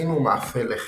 הכינו מאפה לחם.